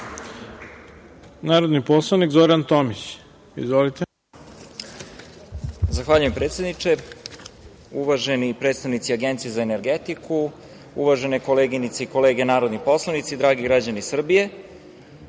narodni poslanik Zoran Tomić. Izvolite.